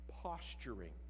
posturing